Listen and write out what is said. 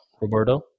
roberto